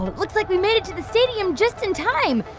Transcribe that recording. looks like we made it to the stadium just in time.